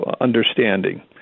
understanding